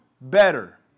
better